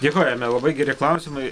dėkojame labai geri klausimai